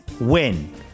win